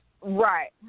Right